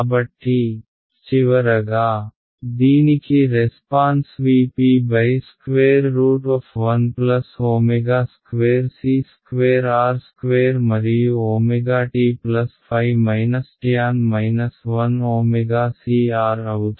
కాబట్టి చివరగా దీనికి response V p√1 ω ² C ² R ² మరియు ω t ϕ tan 1 ω c R అవుతుంది